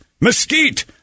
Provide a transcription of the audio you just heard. mesquite